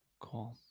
Cool